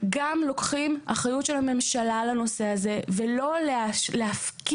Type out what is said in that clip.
גם לוקחים אחריות של הממשלה לנושא הזה ולא להפקיר